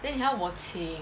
then 你还要我请